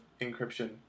encryption